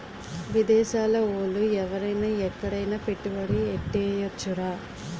విదేశాల ఓళ్ళు ఎవరైన ఎక్కడైన పెట్టుబడి ఎట్టేయొచ్చురా